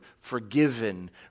forgiven